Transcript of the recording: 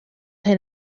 hyn